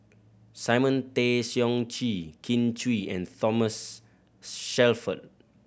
Simon Tay Seong Chee Kin Chui and Thomas Shelford